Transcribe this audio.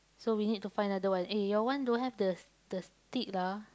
so we need to find another one eh your one don't have the the stick lah